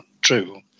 true